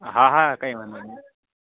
હાં હાં કઈ વાંધો નઇ